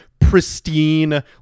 pristine